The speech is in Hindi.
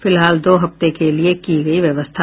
फिलहाल दो हफ्ते के लिये की गई व्यवस्था